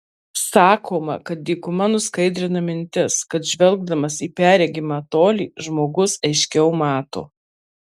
sakoma kad dykuma nuskaidrina mintis kad žvelgdamas į perregimą tolį žmogus aiškiau mato